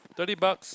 thirty bucks